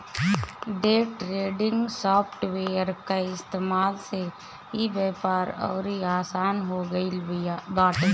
day trading software कअ इस्तेमाल से इ व्यापार अउरी आसन हो गिल बाटे